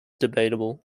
debatable